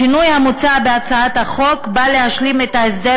השינוי המוצע בהצעת החוק בא להשלים את ההסדר